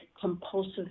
compulsive